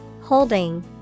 Holding